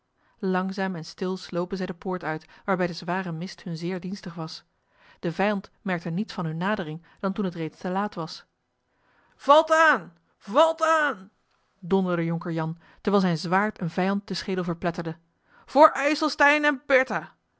langzaam en stil slopen zij de poort uit waarbij de zware mist hun zeer dienstig was de vijand merkte niets van hunne nadering dan toen het reeds te laat was valt aan valt aan donderde jonker jan terwijl zijn zwaard een vijand den schedel verpletterde voor ijselstein